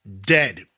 dead